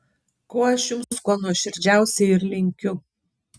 ko aš jums kuo nuoširdžiausiai ir linkiu